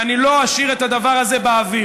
ואני לא אשאיר את הדבר הזה באוויר: